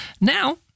now